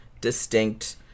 distinct